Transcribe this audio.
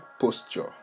posture